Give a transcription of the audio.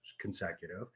consecutive